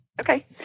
okay